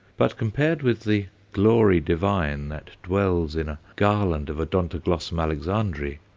but compared with the glory divine that dwells in a garland of odontoglossum alexandrae,